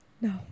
No